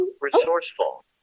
Resourceful